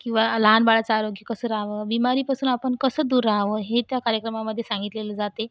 किंवा लहान बाळाचं आरोग्य कसं राहावं बीमारीपासून आपण कसं दूर राहावं हे त्या कार्यक्रमामध्ये सांगितले जाते